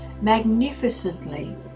magnificently